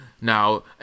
Now